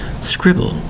Scribble